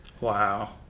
Wow